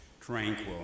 tranquil